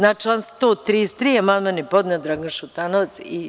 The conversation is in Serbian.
Na član 133. amandman je podneo Dragan Šutanovac.